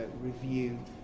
review